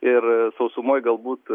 ir sausumoj galbūt